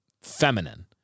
feminine